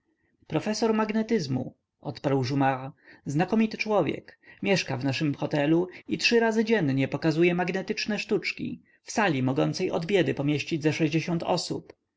profesor magnetyzmu odparł jumart znakomity człowiek mieszka w naszym hotelu i trzy razy dziennie pokazuje magnetyczne sztuki w sali mogącej od biedy pomieścić ze osób